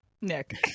Nick